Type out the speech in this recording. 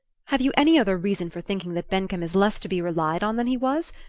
have you any other reason for thinking that bencomb is less to be relied on than he was?